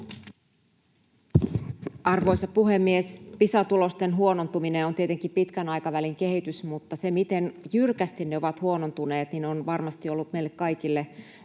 Arvoisa puhemies! Pisa-tulosten huonontuminen on tietenkin pitkän aikavälin kehitys, mutta se, miten jyrkästi ne ovat huonontuneet, on varmasti ollut meille kaikille